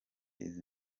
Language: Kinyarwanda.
izi